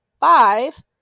Five